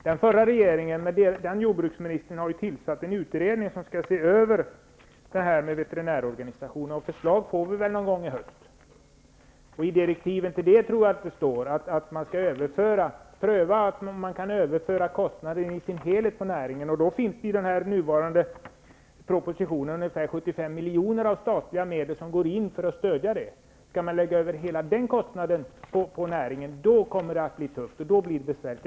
Den förra regeringen och den dåvarande jordbruksministern har tillsatt en utredning som skall se över veterinärorganisationen. Förslag lär komma någon gång i höst. I direktiven till utredningen tror jag att det står att man skall pröva att överföra kostnaderna i sin helhet på näringen. I den nuvarande propositionen finns ungefär 75 miljoner av statliga medel som går in för att stödja det. Skall man lägga över hela den kostnaden på näringen kommer det att bli tufft och besvärligt.